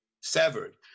severed